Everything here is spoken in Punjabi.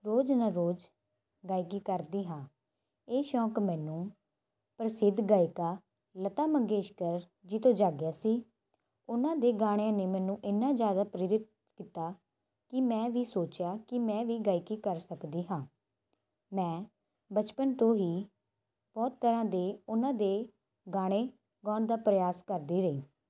ਰੋਜ਼ ਨਾ ਰੋਜ਼ ਗਾਇਕੀ ਕਰਦੀ ਹਾਂ ਇਹ ਸ਼ੌਕ ਮੈਨੂੰ ਪ੍ਰਸਿੱਧ ਗਾਇਕਾ ਲਤਾ ਮੰਗੇਸ਼ਕਰ ਜੀ ਤੋਂ ਜਾਗਿਆ ਸੀ ਉਨ੍ਹਾਂ ਦੇ ਗਾਣਿਆਂ ਨੇ ਮੈਨੂੰ ਐਨਾ ਜ਼ਿਆਦਾ ਪ੍ਰੇਰਿਤ ਕੀਤਾ ਕਿ ਮੈਂ ਵੀ ਸੋਚਿਆ ਕਿ ਮੈਂ ਵੀ ਗਾਇਕੀ ਕਰ ਸਕਦੀ ਹਾਂ ਮੈਂ ਬਚਪਨ ਤੋਂ ਹੀ ਬਹੁਤ ਤਰ੍ਹਾਂ ਦੇ ਉਨ੍ਹਾਂ ਦੇ ਗਾਣੇ ਗਾਉਣ ਦਾ ਪਰਿਆਸ ਕਰਦੀ ਰਹੀ